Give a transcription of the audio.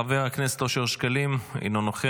חבר הכנסת אושר שקלים, אינו נוכח.